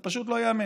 זה פשוט לא ייאמן.